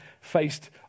faced